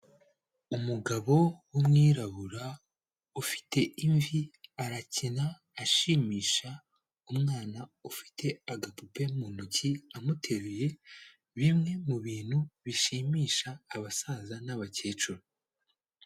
Umugabo w'umwirabura ufite imvi, arakina ashimisha umwana ufite agapupe mu ntoki amuteruye, bimwe mu bintu bishimisha abasaza n'abakecuru.